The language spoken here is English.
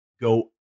go